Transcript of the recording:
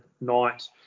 night